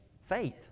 faith